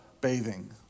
bathing